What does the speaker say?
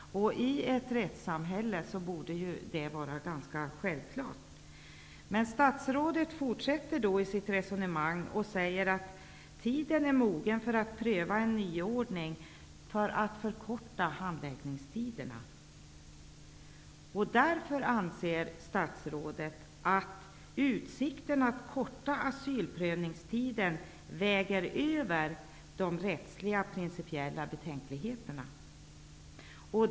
I ett rättssamhälle borde detta vara ganska självklart. Statsrådet fortsatte sitt resonemang med att säga att tiden var mogen för att pröva en nyordning för att förkorta handläggningstiderna. Därför ansåg statsrådet att utsikten för att korta asylprövningstiden vägde över de rättsliga principiella betänkligheterna.